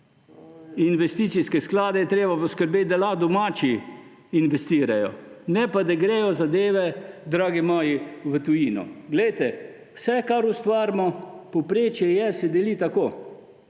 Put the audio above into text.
investicijske sklade je treba poskrbeti, da lahko domači investirajo, ne pa da gredo zadeve, dragi moji, v tujino. Poglejte, vse, kar ustvarimo, povprečje je, se deli tako.